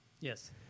Yes